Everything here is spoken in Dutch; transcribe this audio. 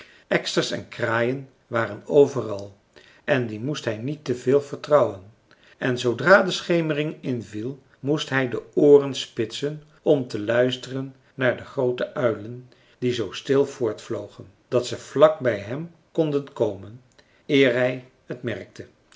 eksters en kraaien waren overal en die moest hij niet te veel vertrouwen en zoodra de schemering inviel moest hij de ooren spitsen om te luisteren naar de groote uilen die zoo stil voortvlogen dat ze vlak bij hem konden komen eer hij het merkte